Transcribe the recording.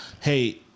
hey